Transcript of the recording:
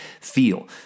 feel